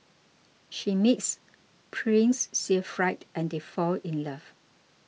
she meets Prince Siegfried and they fall in love